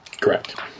Correct